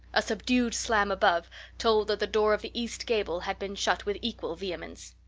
a subdued slam above told that the door of the east gable had been shut with equal vehemence.